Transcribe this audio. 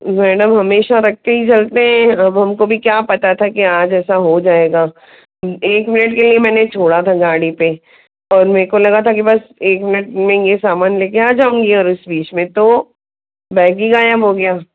madam हमेशा रख के ही चलते हैं अब हमको भी क्या पता था कि आज ऐसा हो जाएगा एक मिनिट के लिए मैंने छोड़ा था गाड़ी पे और मेरको लगा था बस एक मिनट में ये सामान लेके आ जाऊंगी और उस बीच में तो बैग ही गायब हो गया